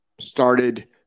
started